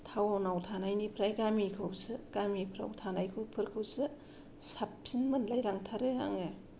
टाउनाव थानायनिफ्राय गामिखौसो गामिफ्राव थानायखौ फोरखौसो साबसिन मोनलायलांथारो आङो